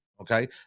okay